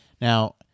now